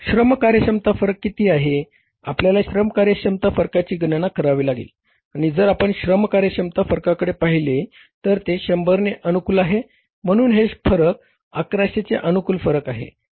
श्रम कार्यक्षमता फरक किती आहे आपल्याला श्रम कार्यक्षमता फरकाची गणना करावी लागेल आणि जर आपण श्रम कार्यक्षमता फरकाकडे पहिले तर ते 100 ने अनुकूल आहे म्हणून हे फरक 1100 चे अनुकूल फरक आहे